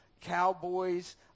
cowboys